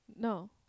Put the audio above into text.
No